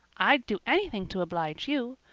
i'd do anything to oblige you.